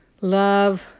Love